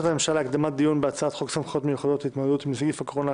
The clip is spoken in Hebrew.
של יושב-ראש הכנסת לקבוע ישיבת כנסת נוספת היום,